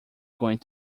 going